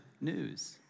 news